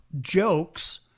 jokes